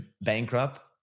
bankrupt